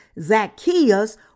Zacchaeus